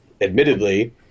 admittedly